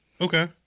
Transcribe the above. okay